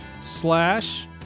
slash